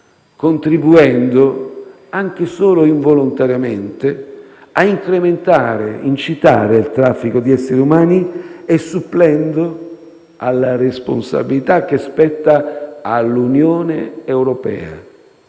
contribuendo, anche solo involontariamente, a incrementare ed incitare il traffico di esseri umani e supplendo alla responsabilità che spetta all'Unione europea,